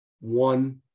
one